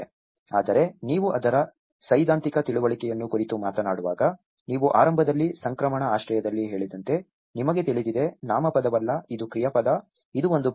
ಆದರೆ ನೀವು ಅದರ ಸೈದ್ಧಾಂತಿಕ ತಿಳುವಳಿಕೆಯನ್ನು ಕುರಿತು ಮಾತನಾಡುವಾಗ ನೀವು ಆರಂಭದಲ್ಲಿ ಸಂಕ್ರಮಣ ಆಶ್ರಯದಲ್ಲಿ ಹೇಳಿದಂತೆ ನಿಮಗೆ ತಿಳಿದಿದೆ ನಾಮಪದವಲ್ಲ ಇದು ಕ್ರಿಯಾಪದ ಇದು ಒಂದು ಪ್ರಕ್ರಿಯೆ